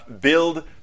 build